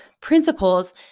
principles